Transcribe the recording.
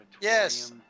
Yes